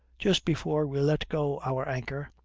just before we let go our anchor,